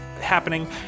happening